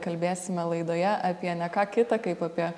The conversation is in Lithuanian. kalbėsime laidoje apie ne ką kitą kaip apie